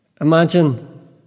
Imagine